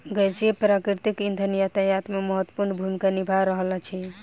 गैसीय प्राकृतिक इंधन यातायात मे महत्वपूर्ण भूमिका निभा रहल अछि